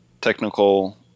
technical